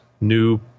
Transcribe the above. new